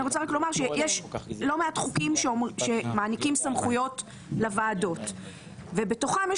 אני רוצה לומר שיש לא מעט חוקים שמעניקים סמכויות לוועדות ובתוכם יש